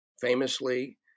famously